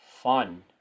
fun